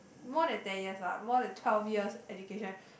more than ten years lah more than twelve years education